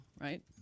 right